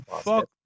Fuck